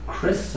Chris